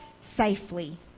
safely